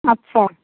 আচ্ছা